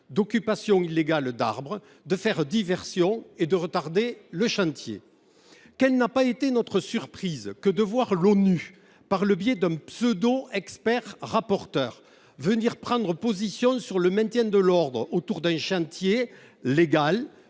d’occupations illégales d’arbres, de faire diversion et de retarder le chantier. Quelle n’a pas été notre surprise de voir l’ONU, par le biais d’un pseudo expert rapporteur, prendre position sur le maintien de l’ordre autour de ce chantier légal,